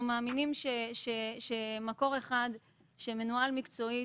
אנחנו מאמינים שמקור אחד שמנוהל מקצועית,